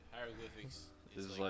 Hieroglyphics